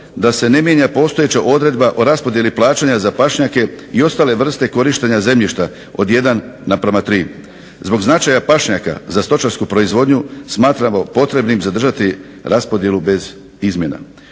da se ne mijenja postojeća odredba o raspodjeli plaćanja za pašnjake i ostale vrste korištenja zemljišta od 1 naprama 3. Zbog značaja pašnjaka za stočarsku proizvodnju smatramo potrebni zadržati raspodjelu bez izmjena.